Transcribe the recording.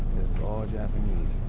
all japanese,